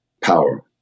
power